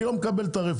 אני לא מקבל את הרפורמות,